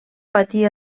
patir